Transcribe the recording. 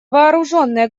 вооруженные